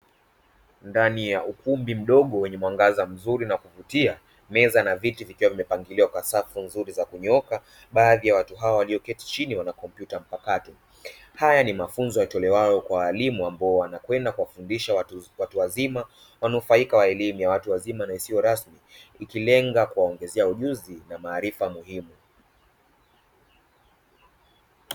Ndani ya ukumbi mdogo wenye wangaza mzuri na wa kuvutia, meza na viti zikiwa zimepangiliwa kwa safu nzuri za kunyooka, baadhi ya watu hawa wakiwa wameketi chini wana kompyuta mpakato. Haya ni mafunzo yanayotolewa kwa walimu ambao wanakwenda kuwafundisha watu wazima wanufaika wa elimu ya watu wazima na isiyo rasmi, ikilenga kuwaongezea ujuzi na maarifa muhimu.